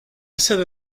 sede